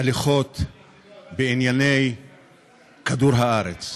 הליכות בענייני כדור הארץ.